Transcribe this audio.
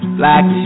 black